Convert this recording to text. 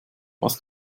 was